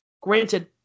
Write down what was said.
Granted